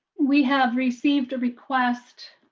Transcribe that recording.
we have received a request